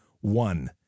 One